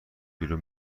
بیرون